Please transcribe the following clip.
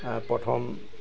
প্ৰথম